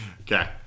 Okay